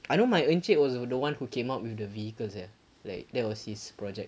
I know my encik was the one who came up with the vehicles sia there like that was his project